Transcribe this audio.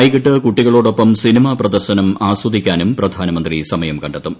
വൈകിട്ട് കുട്ടികളോടൊപ്പം സിനിമാ പ്രദർശനം ആസ്വദിക്കാനും പ്രധാനമന്ത്രി സമയം കണ്ടെത്തും